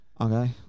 Okay